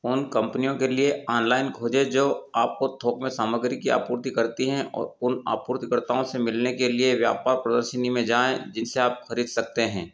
उन कंपनियों के लिए आनलाइन खोजें जो आपको थोक में सामग्री की आपूर्ति करती हैं औ उन आपूर्तिकर्ताओं से मिलने के लिए व्यापार प्रदर्शनी में जाएँ जिन से आप ख़रीद सकते हैं